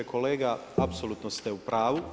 Kolega, apsolutno ste u pravu.